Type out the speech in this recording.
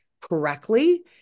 correctly